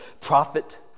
prophet